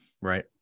Right